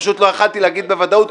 פשוט לא יכולתי להגיד בוודאות,